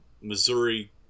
Missouri